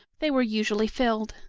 they were usually filled.